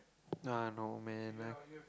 no ah no man ah